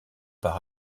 par